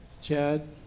Chad